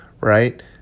right